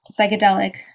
psychedelic